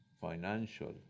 financial